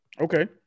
Okay